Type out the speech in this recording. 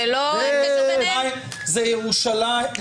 אין קשר ביניהן?